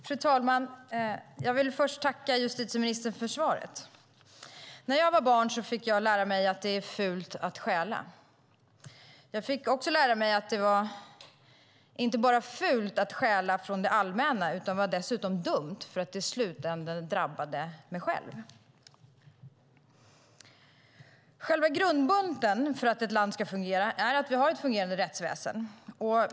Fru talman! Jag vill först tacka justitieministern för svaret. När jag var barn fick jag lära mig att det var fult att stjäla. Jag fick också lära mig att det inte bara var fult att stjäla från det allmänna. Det var dessutom dumt eftersom det i slutändan drabbade mig själv. Själva grundbulten för att ett land ska fungera är att vi har ett fungerande rättsväsen.